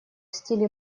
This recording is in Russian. стиле